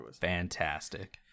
fantastic